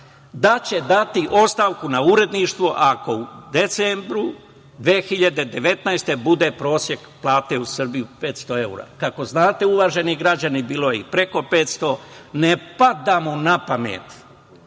da će dati ostavku na uredništvo ako u decembru 2019. godine bude prosek plate u Srbiji 500 evra. Kako znate, uvaženi građani, bilo je i preko 500 evra. Ne pada mu na pamet